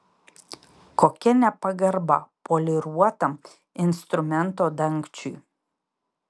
kokia nepagarba poliruotam instrumento dangčiui